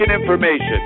information